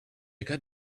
got